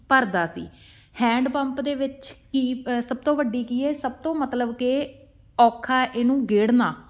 ਭਰਦਾ ਸੀ hand pump ਦੇ ਵਿੱਚ ਕੀ ਸਭ ਤੋਂ ਵੱਡੀ ਕੀ ਹੈ ਸਭ ਤੋਂ ਮਤਲਬ ਕਿ ਔਖਾ ਇਹਨੂੰ ਗੇੜਨਾ